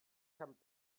sant